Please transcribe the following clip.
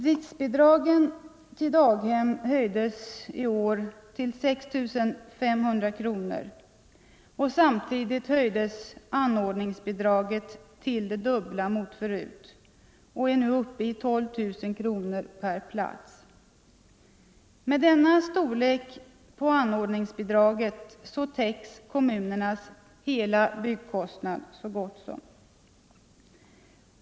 Driftbidragen till daghem höjdes i år till 6 500 kronor. Samtidigt höjdes anordningsbidraget till det dubbla mot förut, och det är nu uppe i 12 000 kronor per plats. Med denna storlek på anordningsbidraget täcks så gott som hela byggkostnaden för kommunerna.